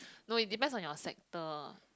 no it depends on your sector